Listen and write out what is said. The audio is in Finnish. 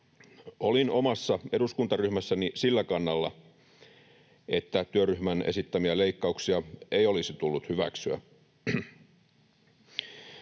Olin omassa eduskuntaryhmässäni sillä kannalla, että työryhmän esittämiä leikkauksia ei olisi tullut hyväksyä.